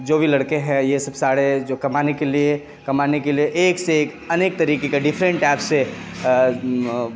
جو بھی لڑکے ہیں یہ سب سارے جو کمانے کے لیے کمانے کے لیے ایک سے ایک انیک طریقے کا ڈفرینٹ ٹائپ سے